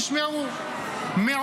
תשמעו -- אבל אין עניין לשמוע אותך,